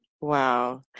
Wow